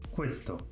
Questo